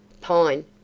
Pine